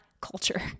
culture